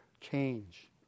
change